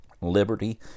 Liberty